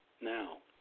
now